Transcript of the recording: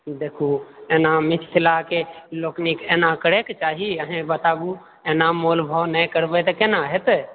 देखू एना मिथिलाके लोकनिक एना करैके चाही अहेँ बताबू एना मोल भाव नहि करबै तऽ केना हेतै